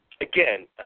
again